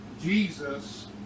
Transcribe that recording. Jesus